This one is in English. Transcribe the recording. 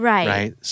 Right